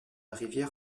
rivière